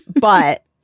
but-